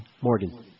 Morgan